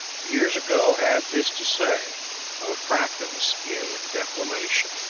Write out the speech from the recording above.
years ago had this to say of practise in declamation